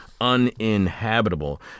uninhabitable